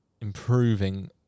improving